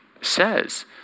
says